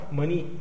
money